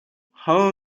how